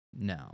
No